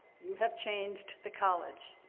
you have changed the college.